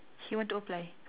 he want to apply